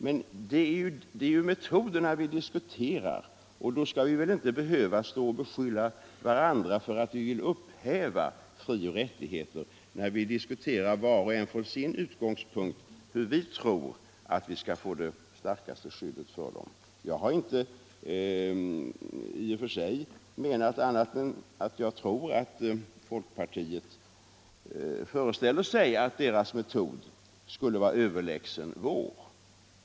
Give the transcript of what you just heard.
Men det är metoderna vi diskuterar, och då skall vi väl inte behöva stå och beskylla varandra för att vilja upphäva frioch rättigheterna, när vi diskuterar, var och en från sin utgångspunkt, hur vi tror att vi skall få det starkaste skyddet för dem. Jag har inte i och för sig menat annat än att jag tror att folkpartiet föreställer sig att dess metod skulle vara överlägsen vår.